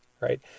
right